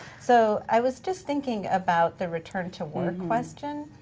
so i was just thinking about the return to work question.